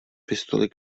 pistoli